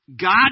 God